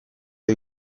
ohi